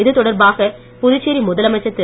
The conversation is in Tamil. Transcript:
இது தொடர்பாக புதுச்சேரி முதலமைச்சர் திரு